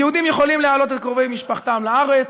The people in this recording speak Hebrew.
היהודים יכולים להעלות את קרובי משפחתם לארץ,